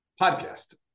podcast